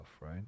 right